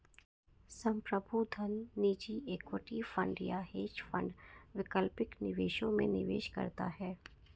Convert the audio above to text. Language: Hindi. संप्रभु धन निजी इक्विटी फंड या हेज फंड वैकल्पिक निवेशों में निवेश करता है